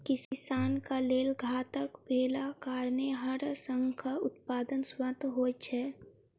किसानक लेल घातक भेलाक कारणेँ हड़ाशंखक उत्पादन स्वतः होइत छै